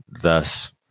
thus